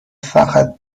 فقط